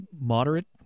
moderate